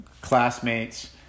classmates